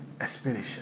aspiration